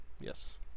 Yes